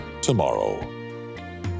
tomorrow